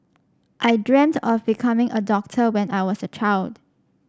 I dreamt of becoming a doctor when I was a child